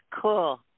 cool